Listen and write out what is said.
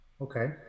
Okay